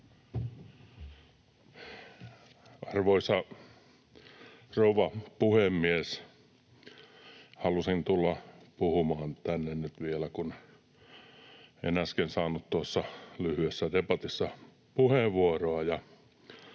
Arvoisa rouva puhemies! Halusin tulla puhumaan tänne nyt vielä, kun en äsken saanut tuossa lyhyessä debatissa puheenvuoroa.